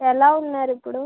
ఎలా ఉన్నారు ఇప్పుడు